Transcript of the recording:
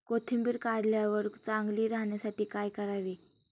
कोथिंबीर काढल्यावर चांगली राहण्यासाठी काय करावे?